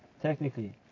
technically